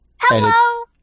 Hello